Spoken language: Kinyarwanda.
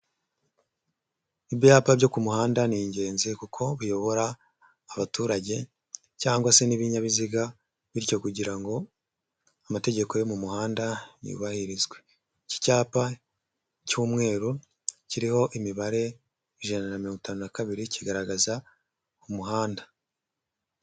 Ibyapa byo ku muhanda ni ingenzi kuko biyobora abaturage cyangwa se n'ibinyabiziga bityo kugira ngo amategeko yo mu muhanda yubahirizwe, iki cyapa cy'umweru kiriho imibare ijana na mirongi itanu na kabiri, kigaragaza, umuhanda.